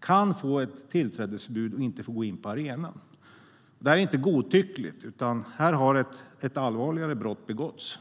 kan få ett tillträdesförbud och inte får gå in på arenan. Det är inte godtyckligt, utan här har ett allvarligare brott begåtts.